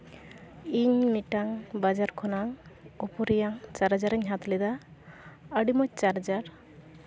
ᱤᱧ ᱢᱤᱫᱴᱟᱱ ᱵᱟᱡᱟᱨ ᱠᱷᱚᱱᱟᱜ ᱚᱯᱳ ᱨᱮᱭᱟᱜ ᱪᱟᱨᱡᱟᱨ ᱤᱧ ᱦᱟᱛᱟᱣ ᱞᱮᱫᱟ ᱟᱹᱰᱤ ᱢᱚᱡᱽ ᱪᱟᱨᱡᱟᱨ